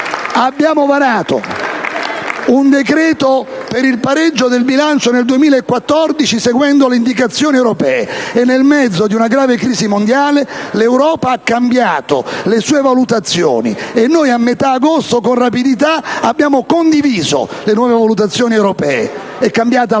Abbiamo varato un decreto per il pareggio del bilancio nel 2014 seguendo le indicazioni europee e, nel mezzo di una grave crisi mondiale, l'Europa ha cambiato le sue valutazioni e noi a metà agosto, con rapidità, abbiamo condiviso le nuove valutazioni europee. È cambiata l'agenda